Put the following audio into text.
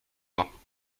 moi